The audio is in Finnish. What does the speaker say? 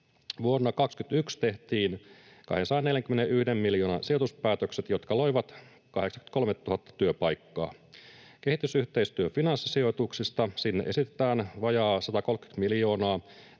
Vuonna 21 tehtiin 241 miljoonan sijoituspäätökset, jotka loivat 83 000 työpaikkaa. Kehitysyhteistyön finanssisijoituksista: Sinne esitetään vajaat 130 miljoonaa.